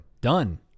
Done